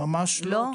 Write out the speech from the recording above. ממש לא.